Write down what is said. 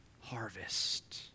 harvest